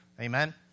Amen